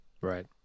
Right